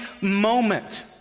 moment